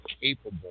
capable